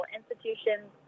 institutions